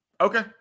Okay